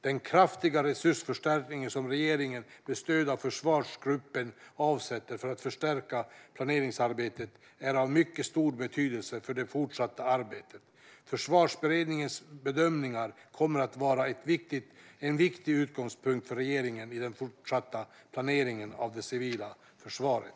Den kraftiga resursförstärkning som regeringen med stöd av försvarsgruppen avsätter för att förstärka planeringsarbetet är av mycket stor betydelse för det fortsatta arbetet. Försvarsberedningens bedömningar kommer att vara en viktig utgångspunkt för regeringen i den fortsatta planeringen av det civila försvaret.